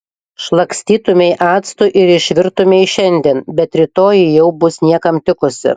šlakstytumei actu ir išvirtumei šiandien bet rytoj ji jau bus niekam tikusi